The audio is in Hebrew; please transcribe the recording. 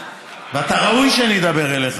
ואתה ראוי שאני אדבר אליך.